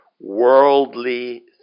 worldly